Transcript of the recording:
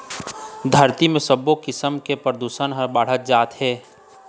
धरती म सबो किसम के परदूसन ह बाढ़त जात हे